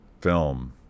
film